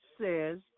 says